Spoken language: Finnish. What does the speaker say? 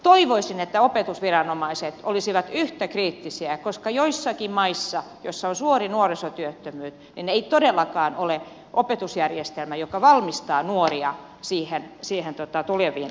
toivoisin että opetusviranomaiset olisivat yhtä kriittisiä koska joissakin maissa joissa on suuri nuorisotyöttömyys ei todellakaan ole opetusjärjestelmää joka valmistaa nuoria niihin tuleviin ammatteihin